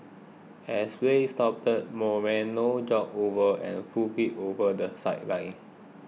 as play stopped Moreno jogged over and hoofed it over the sideline